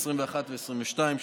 העשרים-ואחת והעשרים-ושתיים,